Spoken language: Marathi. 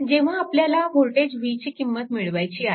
जेव्हा आपल्याला वोल्टेज v ची किंमत मिळवायची आहे